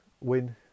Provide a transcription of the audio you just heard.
win